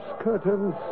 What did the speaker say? curtains